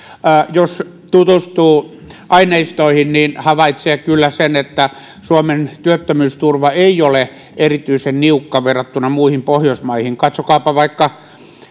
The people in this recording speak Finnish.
jos tutustuu aineistoihin niin havaitsee kyllä sen että suomen työttömyysturva ei ole erityisen niukka verrattuna muihin pohjoismaihin katsokaapa vaikka